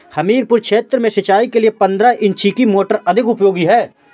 हमीरपुर क्षेत्र में सिंचाई के लिए पंद्रह इंची की मोटर अधिक उपयोगी है?